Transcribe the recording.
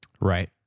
Right